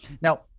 Now